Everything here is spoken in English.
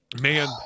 Man